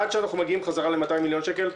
עד שאנחנו מגיעים בחזרה ל-200 מיליון שקל.